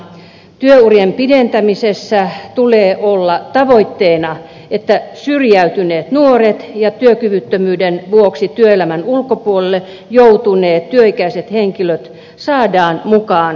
työ urien pidentämisessä tulee olla tavoitteena että syrjäytyneet nuoret ja työkyvyttömyyden vuoksi työelämän ulkopuolelle joutuneet työikäiset henkilöt saadaan mukaan työelämään